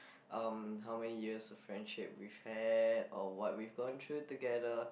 um how many years of friendships we've or what we've gone through together